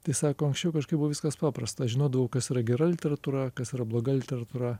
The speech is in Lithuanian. tai sako anksčiau kažkaip buvo viskas paprasta žinodavau kas yra gera literatūra kas yra bloga literatūra